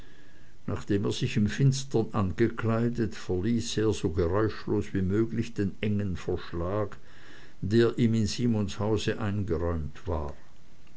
nachdem er sich im finstern angekleidet verließ er so geräuschlos wie möglich den engen verschlag der ihm in simons hause eingeräumt war